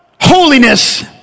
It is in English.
holiness